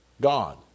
God